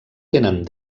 tenen